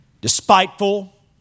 despiteful